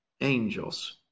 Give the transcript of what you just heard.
angels